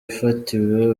ifatiye